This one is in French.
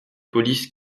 police